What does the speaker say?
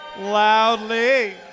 Loudly